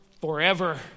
forever